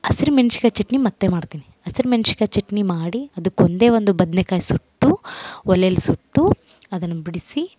ಹಸ್ರ್ಮೆಣ್ಸಿಕಾಯ್ ಚಟ್ನಿ ಮತ್ತು ಮಾಡ್ತೀನಿ ಹಸ್ರ್ಮೆಣ್ಸಿಕಾಯ್ ಚಟ್ನಿ ಮಾಡಿ ಅದಕ್ಕೆ ಒಂದೇ ಒಂದು ಬದ್ನೇಕಾಯಿ ಸುಟ್ಟು ಒಲೆಲಿ ಸುಟ್ಟು ಅದನ್ನು ಬಿಡಿಸಿ